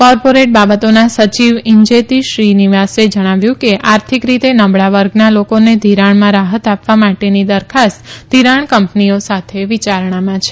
corporate બાબતોના સચિવ ઇન્જેતી શ્રીનિવાસે જણાવ્યું કે આર્થિક રીતે નબળા વર્ગના લોકોને ઘિરાણમાં રાહત આપવા માટેની દરખાસ્ત ધિરાણકંપનીઓ સાથે વિચારણામાં છે